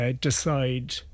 decide